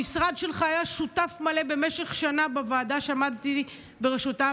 המשרד שלך היה שותף מלא במשך שנה בוועדה שעמדתי בראשותה,